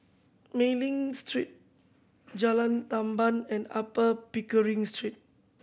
Mei Ling Street Jalan Tamban and Upper Pickering Street